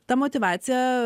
ta motyvacija